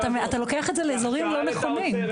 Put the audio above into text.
אתה לוקח את זה לאזורים לא נכונים.